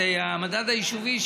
את המדד היישובי,